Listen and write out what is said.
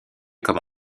comme